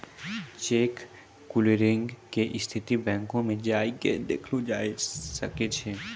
cheque clearing के स्थिति बैंको मे जाय के देखलो जाय सकै छै